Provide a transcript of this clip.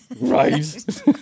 Right